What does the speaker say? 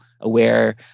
aware